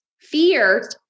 fear